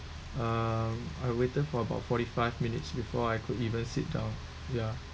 uh I waited for about forty-five minutes before I could even sit down ya